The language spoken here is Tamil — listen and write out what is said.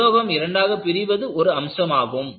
உலோகம் இரண்டாக பிரிவது ஒரு அம்சமாகும்